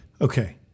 Okay